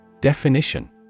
Definition